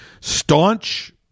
staunch